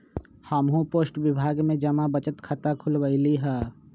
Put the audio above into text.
हम्हू पोस्ट विभाग में जमा बचत खता खुलवइली ह